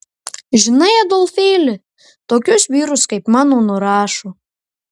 žinai adolfėli tokius vyrus kaip mano nurašo